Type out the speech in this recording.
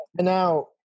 now